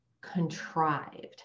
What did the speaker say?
contrived